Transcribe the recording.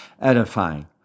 edifying